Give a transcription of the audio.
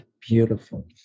beautiful